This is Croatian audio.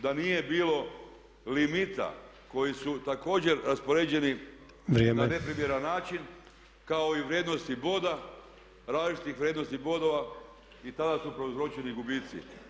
Da nije bilo limita koji su također raspoređeni na neprimjeran način kao i vrijednosti boda, različitih vrijednosti bodova i tada su prouzročeni gubici.